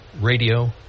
Radio